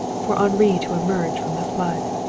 for henri to emerge from the flood.